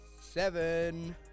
seven